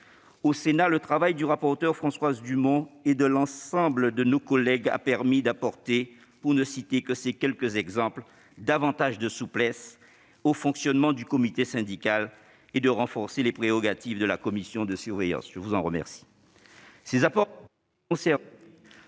Au Sénat, le travail de Mme la rapporteure Françoise Dumont et de l'ensemble de nos collègues a permis d'apporter, pour ne citer que ces quelques exemples, davantage de souplesse au fonctionnement du comité syndical et de renforcer les prérogatives de la commission de surveillance. Ces apports